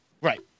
Right